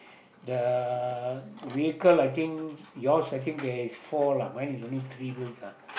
the vehicle I think yours I think there's four lah mine is only three wheels ah